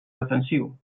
defensiu